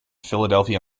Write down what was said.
philadelphia